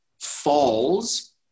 falls